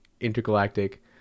intergalactic